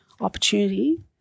opportunity